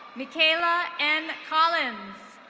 michaela n collins.